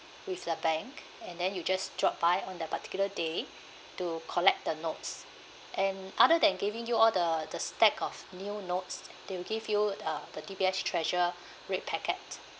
with the bank and then you just drop by on that particular day to collect the notes and other than giving you all the the stack of new notes they will give you uh the D_B_S treasure red packet